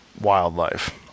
wildlife